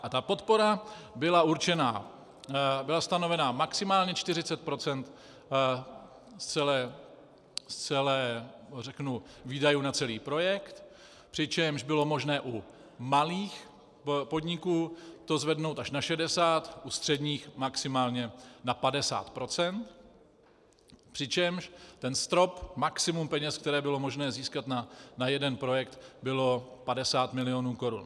A ta podpora byla určena, byla stanovena maximálně 40 % z celé z výdajů na celý projekt, přičemž bylo možné u malých podniků to zvednout až na 60, u středních maximálně na 50 %, přičemž ten strop, maximum peněz, které bylo možné získat na jeden projekt, bylo 50 milionů korun.